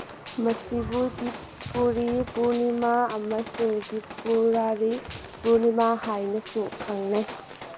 ꯃꯁꯤꯕꯨ ꯇ꯭ꯔꯤꯄꯨꯔꯤ ꯄꯨꯔꯅꯤꯃꯥ ꯑꯃꯁꯨꯡ ꯇ꯭ꯔꯤꯄꯨꯔꯥꯔꯤ ꯄꯨꯔꯅꯤꯃꯥ ꯍꯥꯏꯅꯁꯨ ꯈꯪꯅꯩ